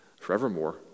forevermore